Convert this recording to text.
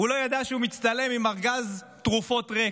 הוא לא ידע שהוא מצטלם עם ארגז תרופות ריק,